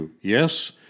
yes